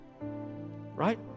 Right